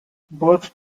both